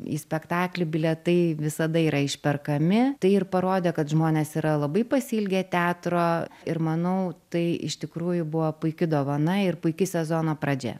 į spektaklį bilietai visada yra išperkami tai ir parodė kad žmonės yra labai pasiilgę teatro ir manau tai iš tikrųjų buvo puiki dovana ir puiki sezono pradžia